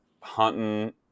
hunting